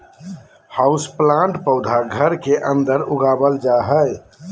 houseplant पौधा घर के अंदर उगावल जा हय